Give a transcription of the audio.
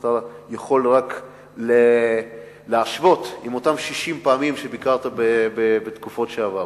אתה יכול רק להשוות עם אותן 60 פעמים שביקרת בתקופות עברו.